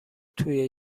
توی